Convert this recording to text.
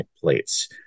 plates